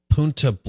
Punta